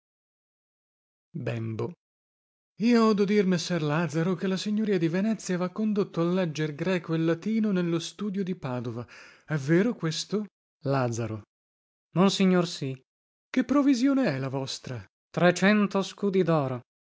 io odo dir messer lazaro che la signoria di venezia vha condotto a legger greco e latino nello studio di padova è vero questo laz monsignor sì bem che provisione è la vostra laz trecento scudi doro